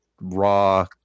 raw